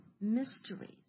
mysteries